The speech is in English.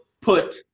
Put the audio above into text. put